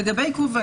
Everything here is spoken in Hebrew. לגבי עיכוב,